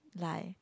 like